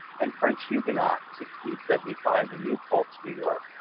and french huguenot, seventy five in new paltz, new york,